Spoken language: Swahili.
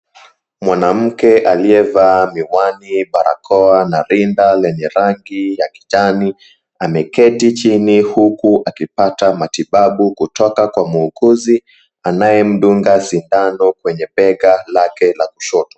Mwanamke aliyevaa miwani, barakoa na rinda lenye rangi ya kijani ameketi chini huku akipata matibabu kutoka kwa muuguzi anayemdunga sindano kwenye bega lake la kushoto.